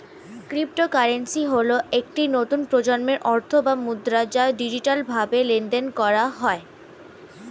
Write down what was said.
cryptocurrency হল একটি নতুন প্রজন্মের অর্থ বা মুদ্রা যা ডিজিটালভাবে লেনদেন করা হয়